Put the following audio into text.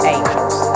Angels